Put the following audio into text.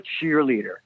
cheerleader